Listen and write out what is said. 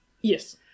Yes